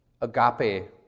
agape